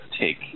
take